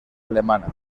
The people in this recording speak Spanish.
alemana